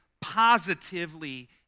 positively